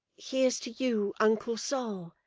here's to you, uncle sol,